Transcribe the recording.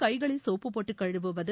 கைகளைசோப்பு போட்டுகழுவுவது